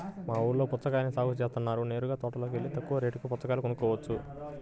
మా ఊల్లో పుచ్చకాయల్ని సాగు జేత్తన్నారు నేరుగా తోటలోకెల్లి తక్కువ రేటుకే పుచ్చకాయలు కొనుక్కోవచ్చు